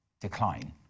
decline